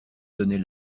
donnait